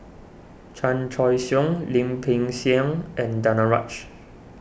Chan Choy Siong Lim Peng Siang and Danaraj